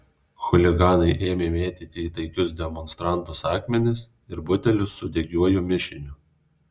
chuliganai ėmė mėtyti į taikius demonstrantus akmenis ir butelius su degiuoju mišiniu